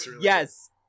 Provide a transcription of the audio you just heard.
yes